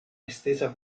estesa